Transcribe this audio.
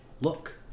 look